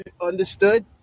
understood